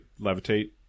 levitate